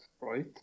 right